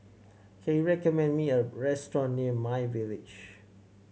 can you recommend me a restaurant near my Village